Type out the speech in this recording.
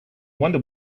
wonder